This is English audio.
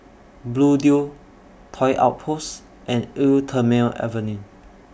Bluedio Toy Outpost and Eau Thermale Avenue